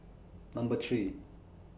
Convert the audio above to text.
Number three